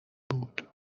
بود